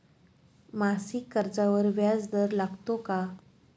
मासिक कर्जावर व्याज दर लागतो का?